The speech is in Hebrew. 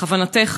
בכוונתך,